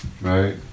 Right